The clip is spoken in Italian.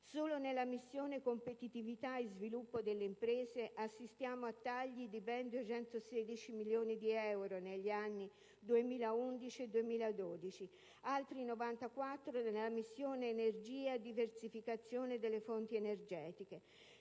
Solo nella missione «competitività e sviluppo delle imprese» assistiamo a tagli di 216 milioni di euro negli anni 2011 e 2012, altri 94 nella missione «energia e diversificazione delle fonti energetiche».